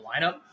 lineup